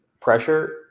pressure